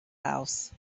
house